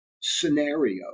Scenario